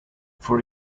for